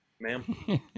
Ma'am